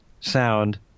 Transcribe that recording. sound